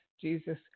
Jesus